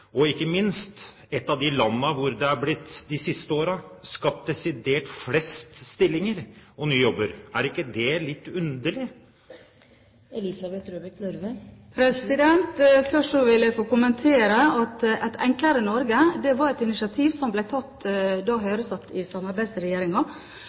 og ikke minst er et av de landene hvor det de siste årene er blitt skapt desidert flest nye jobber? Er ikke det litt underlig? Først vil jeg få kommentere at «Et enklere Norge» var et initiativ som ble tatt da